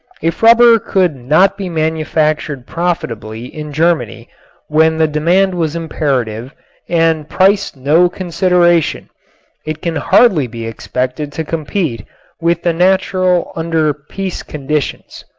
if rubber could not be manufactured profitably in germany when the demand was imperative and price no consideration it can hardly be expected to compete with the natural under peace conditions.